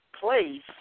place